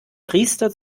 priester